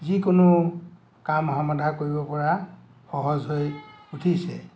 যিকোনো কাম সমাধান কৰিব পৰা সহজ হৈ উঠিছে